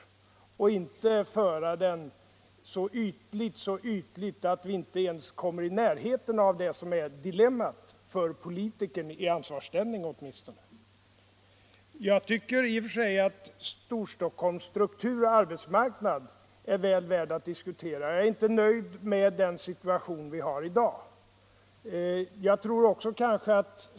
Vi skall inte föra debatten så ytligt att vi inte ens kommer i närheten av det som är dilemmat för oss politiker, åtminstone i ansvarsställning. Nr 71 Jag tycker i och för sig att frågan om Storstockholms struktur och Tisdagen den arbetsmarknad är väl värd att diskutera. Jag är inte nöjd med den si 24 februari 1976 tuation vi har i dag.